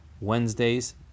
Wednesdays